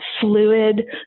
fluid